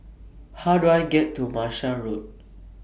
How Do I get to Martia Road